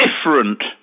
different